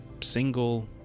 single